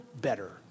better